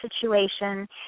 situation